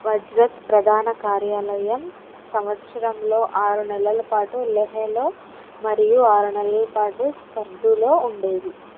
వజ్రత్ ప్రధాన కార్యాలయం సంవత్సరంలో ఆరు నెలల పాటు లెహేలో మరియు ఆరు నెలల పాటు స్కర్దులో ఉండేది